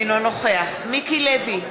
אינו נוכח מיקי לוי,